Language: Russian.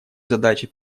задачи